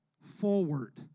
forward